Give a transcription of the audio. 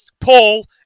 Paul